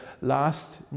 last